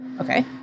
okay